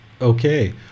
Okay